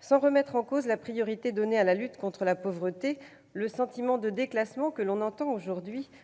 Sans remettre en cause la priorité donnée à la lutte contre la pauvreté, le sentiment de déclassement